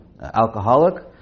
alcoholic